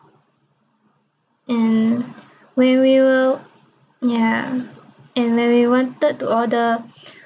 and when we were ya and when we wanted to order